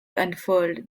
unfurled